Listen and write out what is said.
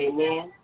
Amen